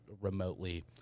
remotely